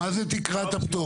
מה זה תקרת הפטור?